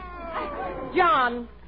John